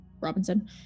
robinson